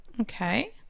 Okay